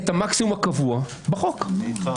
זה פרס, זה לא מרתיע.